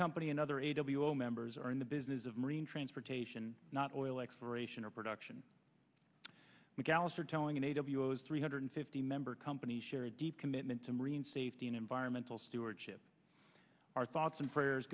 company another a w all members are in the business of marine transportation not oil exploration or production mcalister telling an a w a those three hundred fifty member companies share a deep commitment to marine safety and environmental stewardship our thoughts and prayers